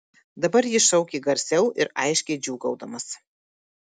dabar jis šaukė garsiau ir aiškiai džiūgaudamas